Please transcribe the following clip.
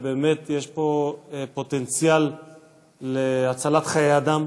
באמת יש פה פוטנציאל להצלת חיי אדם,